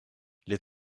les